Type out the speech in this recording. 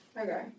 Okay